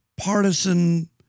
partisan